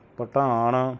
Bhutan